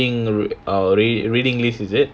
reading err readi~ reading list is it